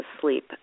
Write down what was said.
sleep